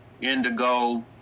indigo